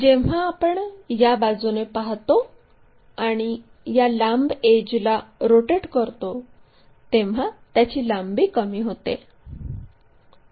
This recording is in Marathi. जेव्हा आपण या बाजूने पाहतो आणि या लांब एड्जला रोटेट करतो तेव्हा त्याची लांबी कमी होते